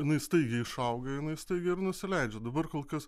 jinai staigiai išauga ir jinai staigiai ir nusileidžia dabar kol kas